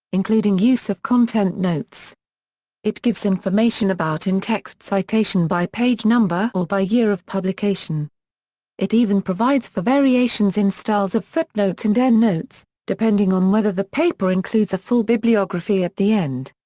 including use of content notes it gives information about in-text citation by page number or by year of publication it even provides for variations in styles of footnotes and endnotes, depending on whether the paper includes a full bibliography at the end.